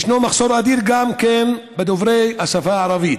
יש מחסור אדיר גם בדוברי השפה הערבית,